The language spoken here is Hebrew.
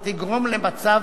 ההחזקה במשמורת תגרום למצב,